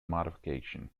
modification